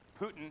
Putin